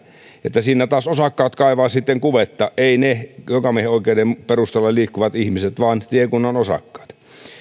että siinä taas osakkaat kaivavat sitten kuvetta eivät ne jokamiehenoikeuden perusteella liikkuvat ihmiset vaan tiekunnan osakkaat